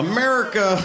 America